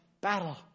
battle